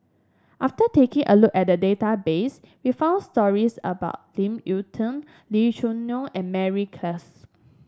after taking a look at the database we found stories about Ip Yiu Tung Lee Choo Neo and Mary Klass